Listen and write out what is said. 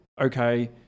okay